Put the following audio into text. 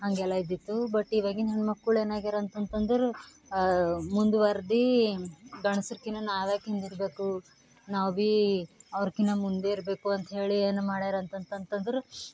ಹಾಗೆಲ್ಲ ಇದ್ದಿತ್ತು ಬಟ್ ಇವಾಗಿನ ಹೆಣ್ಮಕ್ಕಳು ಏನಾಗ್ಯಾರ ಅಂತಂತಂದರೆ ಮುಂದುವರ್ದು ಗಂಡ್ಸರ್ಕಿನ್ನ ನಾವ್ಯಾಕೆ ಹೀಗಿರ್ಬೇಕು ನಾವು ಭೀ ಅವರ್ಕಿನ್ನ ಮುಂದಿರಬೇಕು ಅಂತೇಳಿ ಏನು ಮಾಡ್ಯಾರ ಅಂತಂತಂದರೆ